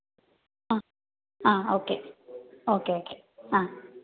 ആ ആ okay okay okay ആ